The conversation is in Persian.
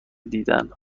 دیدن